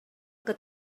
que